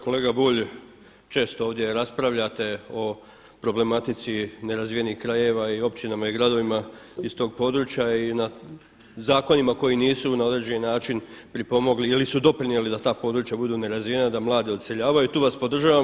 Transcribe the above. Kolega Bulj, često ovdje raspravljate o problematici nerazvijenih krajeva i općinama i gradovima iz tog područja i na zakonima koji nisu na određeni način pripomogli ili su doprinijeli da ta područja budu nerazvijena i da mladi odseljavaju i tu vas podržavam.